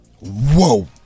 Whoa